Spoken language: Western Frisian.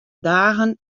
dagen